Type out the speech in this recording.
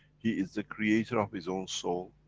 he is the creator of his own soul,